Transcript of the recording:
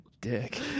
dick